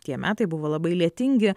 tie metai buvo labai lietingi